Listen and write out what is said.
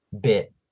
bit